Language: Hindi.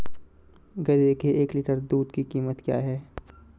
गधे के एक लीटर दूध की कीमत क्या है?